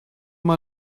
mal